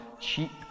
cheap